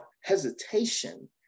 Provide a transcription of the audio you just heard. hesitation